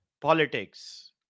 politics